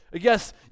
Yes